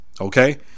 Okay